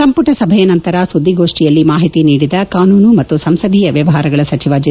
ಸಂಪುಟ ಸಭೆ ನಂತರ ಸುದ್ದಿಗೋಷ್ಷಿಯಲ್ಲಿ ಮಾಹಿತಿ ನೀಡಿದ ಕಾನೂನು ಮತ್ತು ಸಂಸದೀಯ ವ್ಯವಹಾರಗಳ ಸಚಿವ ಜೆ